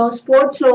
sports